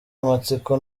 amatsiko